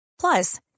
Plus